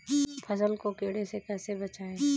फसल को कीड़े से कैसे बचाएँ?